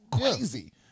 crazy